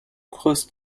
close